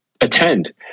attend